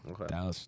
Okay